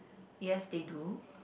yes they do